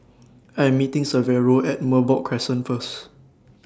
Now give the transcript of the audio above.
I Am meeting Severo At Merbok Crescent First